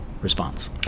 response